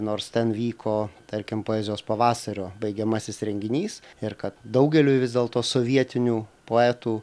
nors ten vyko tarkim poezijos pavasario baigiamasis renginys ir kad daugeliui vis dėlto sovietinių poetų